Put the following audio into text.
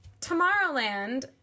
Tomorrowland